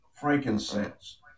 frankincense